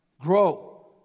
Grow